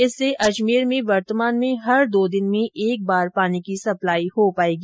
इससे अजमेर में वर्तमान में हर दो दिन में एक बार पानी की सप्लाई हो पायेगी